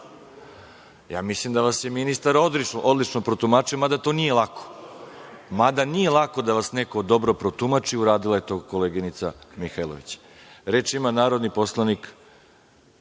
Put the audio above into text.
mislim da vas je ministar odlično protumačio, mada to nije lako. Mada nije lako da vas neko dobro protumači, uradila je to koleginica Mihajlović. Reč ima narodni poslanik